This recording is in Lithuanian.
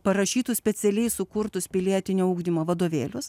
parašytus specialiai sukurtus pilietinio ugdymo vadovėlius